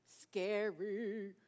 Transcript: Scary